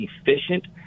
efficient